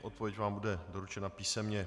Odpověď vám bude doručena písemně.